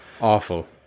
Awful